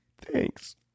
Thanks